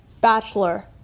Bachelor